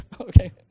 okay